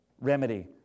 remedy